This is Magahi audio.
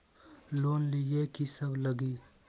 लोन लिए की सब लगी?